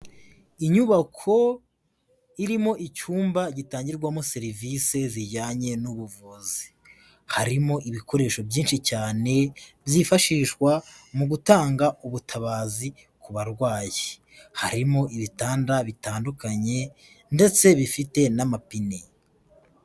Inyubako irimo icyumba gitangirwamo serivise zijyanye n'ubuvuzi, harimo ibikoresho byinshi cyane byifashishwa mu gutanga ubutabazi ku barwayi, harimo ibitanda bitandukanye ndetse bifite n'amapine.